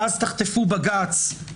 ואז תחטפו בג"ץ,